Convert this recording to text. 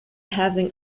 having